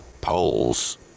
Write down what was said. polls